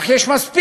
אך יש מספיק